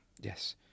Yes